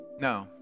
No